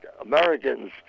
Americans